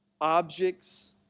Objects